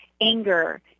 anger